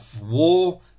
war